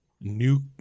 new